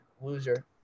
loser